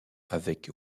avec